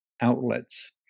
outlets